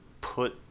put